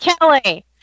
Kelly